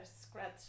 scratch